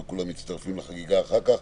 ושכולם מצטרפים לחגיגה אחר כך.